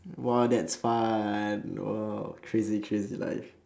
!wow! that's fun !wow! crazy crazy life